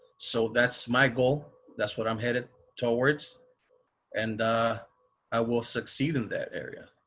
so that's my goal. that's what i'm headed towards and i will succeed in that area.